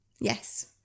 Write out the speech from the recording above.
Yes